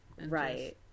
right